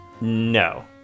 No